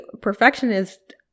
perfectionist